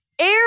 air